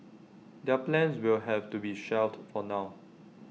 their plans will have to be shelved for now